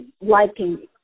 liking